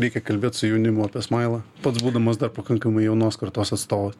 reikia kalbėt su jaunimu apie smailą pats būdamas dar pakankamai jaunos kartos astovas